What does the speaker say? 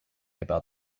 about